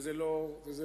וזה לא כך.